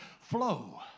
flow